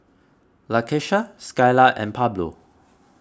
Lakeisha Skyla and Pablo